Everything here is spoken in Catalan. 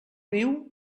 viu